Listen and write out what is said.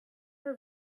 her